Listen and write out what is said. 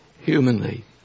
humanly